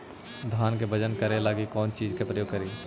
धान के बजन करे लगी कौन चिज के प्रयोग करि?